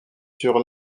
sur